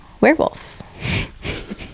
werewolf